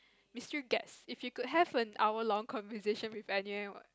mystery guest if you could have an hour long conversation with anyo~